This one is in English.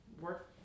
work